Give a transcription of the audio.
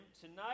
tonight